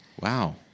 Wow